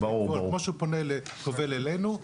כמו שהוא קובל אלינו,